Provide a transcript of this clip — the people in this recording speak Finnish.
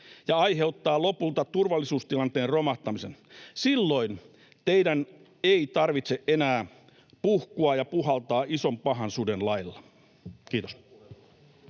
ja aiheuttaa lopulta turvallisuustilanteen romahtamisen. Silloin teidän ei tarvitse enää puhkua ja puhaltaa Ison pahan suden lailla. — Kiitos.